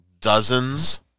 dozens